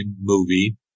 movie